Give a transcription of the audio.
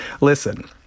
listen